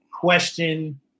question